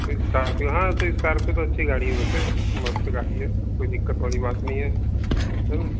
Scorpio हाँ Scorpio तो अच्छी गाड़ी है वैसे मस्त गाड़ी है कोई दिक्कत वाली बात नहीं है हाँ